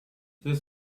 this